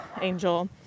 Angel